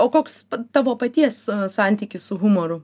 o koks tavo paties santykis su humoru